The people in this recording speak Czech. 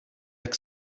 jak